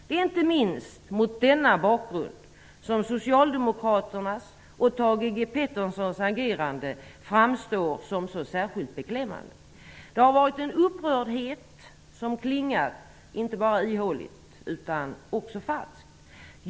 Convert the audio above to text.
Det är inte minst mot denna bakgrund som socialdemokraternas och Thage G Petersons agerande framstår som så särskilt beklämmande. Det har varit en upprördhet som klingar inte bara ihåligt utan också falskt.